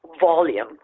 volume